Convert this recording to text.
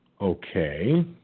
okay